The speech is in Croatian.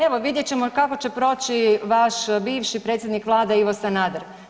Evo vidjet ćemo kako će proći vaš bivši predsjednik vlade Ivo Sanader.